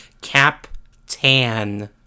Cap-tan